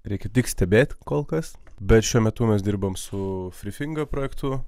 reikia tik stebėt kol kas bet šiuo metu mes dirbame su frifinga projektu